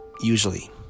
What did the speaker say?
Usually